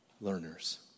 learners